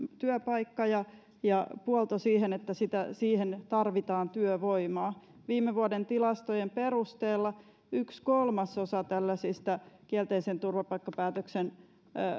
työpaikka ja ja puolto siihen että siihen tarvitaan työvoimaa viime vuoden tilastojen perusteella yksi kolmasosa tällaisista kielteisen turvapaikkapäätöksen